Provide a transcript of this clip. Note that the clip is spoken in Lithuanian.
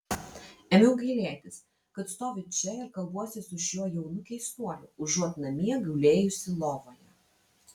ėmiau gailėtis kad stoviu čia ir kalbuosi su šiuo jaunu keistuoliu užuot namie gulėjusi lovoje